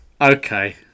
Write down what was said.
Okay